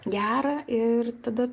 gera ir tada